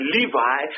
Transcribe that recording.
Levi